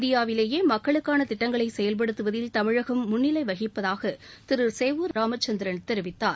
இந்தியாவிலேயே மக்களுக்காள திட்டங்களை செயல்படுத்துவதில் தமிழகம் முன்னிலை வகிப்பதாக திரு சேவூர் ராமச்சந்திரன் தெரிவித்தார்